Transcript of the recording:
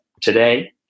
today